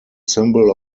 symbol